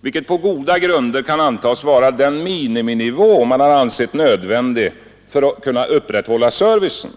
vilket på goda grunder kan antas vara den miniminivå som man har ansett nödvändig för att kunna upprätthålla servicen.